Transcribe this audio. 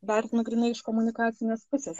vertinu grynai iš komunikacinės pusės